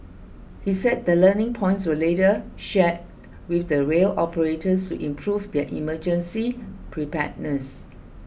he said the learning points were later shared with the rail operators to improve their emergency preparedness